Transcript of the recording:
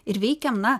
ir veikiam na